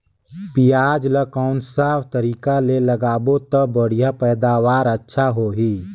पियाज ला कोन सा तरीका ले लगाबो ता बढ़िया पैदावार अच्छा होही?